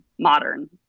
modern